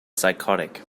psychotic